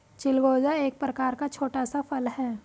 चिलगोजा एक प्रकार का छोटा सा फल है